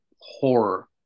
horror